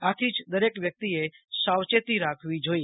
આથી જ દરેક વ્યક્તિએ સાવચેતી રાખવી જોઈએ